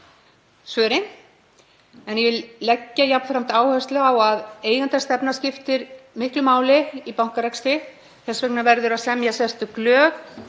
svörin en vil leggja jafnframt áherslu á að eigendastefna skiptir miklu máli í bankarekstri. Þess vegna verður að semja sérstök lög